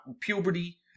puberty